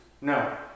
No